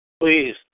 Please